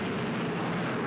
from